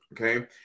okay